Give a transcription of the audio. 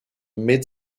mid